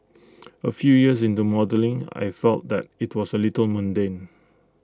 A few years into modelling I felt that IT was A little mundane